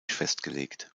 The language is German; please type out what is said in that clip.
festgelegt